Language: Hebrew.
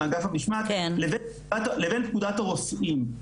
לבין פקודת הרופאים,